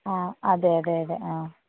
ആ അതെ അതെ അതെ ആ